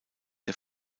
der